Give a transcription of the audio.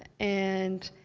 and.